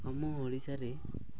ଆମ ଓଡ଼ିଶାରେ